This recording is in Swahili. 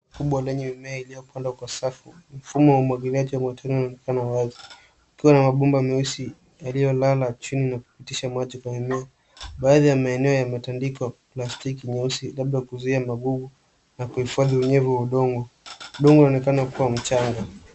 Mfumo lenye mimea iliyopandwa kwa safu. Mfumo wa umwagiliaji wa matone unaonekana wazi, ukiwa na mabomba meusi yaliyolala chini na kupitisha maji kwa mimea. Baadhi ya maeneo yametandikwa plastiki nyeusi labda kuzuia magugu, na kuhifadhi unyevu wa udongo. Udongo unaonekana kuwa mchanga.